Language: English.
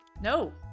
No